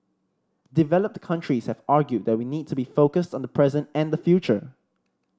developed countries have argued that we need to be focused on the present and the future